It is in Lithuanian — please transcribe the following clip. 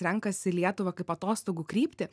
renkasi lietuvą kaip atostogų kryptį